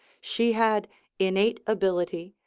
she had innate ability,